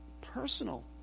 Personal